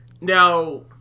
Now